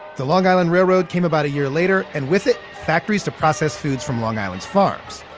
the long island railroad came about a year later, and with it, factories to process foods from long island's farms.